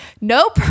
nope